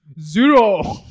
Zero